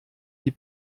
die